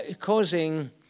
causing